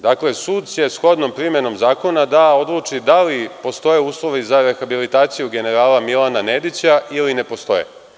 Dakle, sud će shodnom primenom zakona da odluči da li postoje uslovi za rehabilitaciju generala Milana Nedića ili ne postoje.